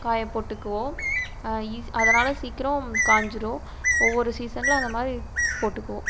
காய போட்டுக்குவோம் ஈஸ் அதனால் சீக்கிரம் காஞ்சுரும் ஒவ்வொரு சீசனில் அது மாதிரி போட்டுக்குவோம்